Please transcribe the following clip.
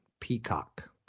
Peacock